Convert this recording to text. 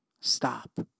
Stop